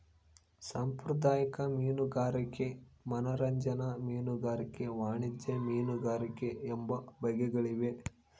ಸಾಂಪ್ರದಾಯಿಕ ಮೀನುಗಾರಿಕೆ ಮನರಂಜನಾ ಮೀನುಗಾರಿಕೆ ವಾಣಿಜ್ಯ ಮೀನುಗಾರಿಕೆ ಎಂಬ ಬಗೆಗಳಿವೆ